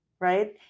right